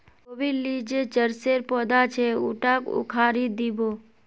गोबीर ली जे चरसेर पौधा छ उटाक उखाड़इ दी बो